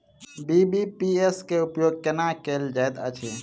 BBPS केँ उपयोग केना कएल जाइत अछि?